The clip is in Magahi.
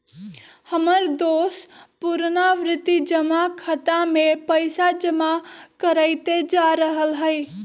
हमर दोस पुरनावृति जमा खता में पइसा जमा करइते जा रहल हइ